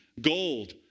Gold